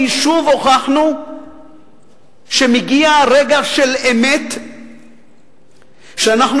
כי שוב הוכחנו שמגיע רגע של אמת שבו אנחנו